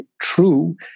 true